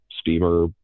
steamer